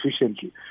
efficiently